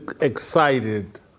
excited